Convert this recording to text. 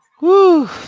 Woo